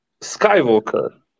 skywalker